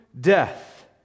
death